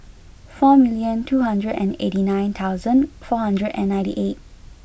four million two hundred and eighty nine thousand four hundred and ninety eight